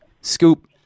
Scoop